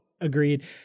Agreed